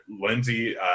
Lindsey